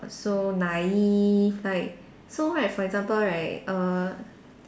so naive like so right for example right err